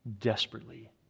desperately